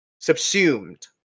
subsumed